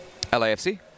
LAFC